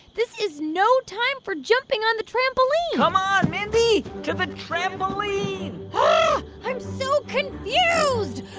this is no time for jumping on the trampoline come on, mindy. to the trampoline i'm so confused.